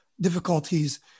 difficulties